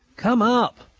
come, up!